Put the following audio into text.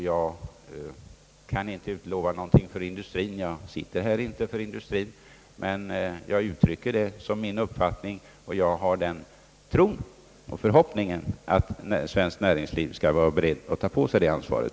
Jag kan inte utlova någonting för industrien — jag sitter inte här för industrien — men jag uttrycker det som min personliga uppfattning, och jag har den tron och förhoppningen att svenskt näringsliv skall vara berett att ta på sig det ansvaret.